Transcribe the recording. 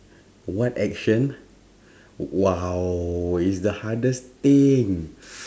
what action !wow! it's the hardest thing